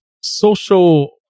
social